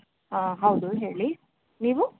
ಹಾಂ ಹೌದು ಹೇಳಿ ನೀವು